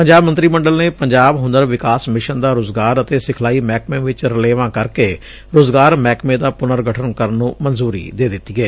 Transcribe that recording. ਪੰਜਾਬ ਮੰਤਰੀ ਮੰਡਲ ਨੇ ਪੰਜਾਬ ਹੁਨਰ ਵਿਕਾਸ ਮਿਸ਼ਨ ਦਾ ਰੁਜ਼ਗਾਰ ਅਤੇ ਸਿਖਲਾਈ ਮਹਿਕਮੇ ਵਿਚ ਰਲੇਵਾਂ ਕਰ ਕੇ ਰੁਜ਼ਗਾਰ ਮਹਿਕਮੇ ਦਾ ਪੁਨਰਗਠਨ ਕਰਨ ਨੁੰ ਮਨਜੁਰੀ ਦੇ ਦਿੱਤੀ ਏ